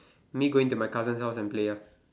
me going to my cousin's house and play ah